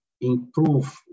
improve